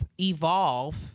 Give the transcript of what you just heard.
evolve